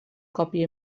còpia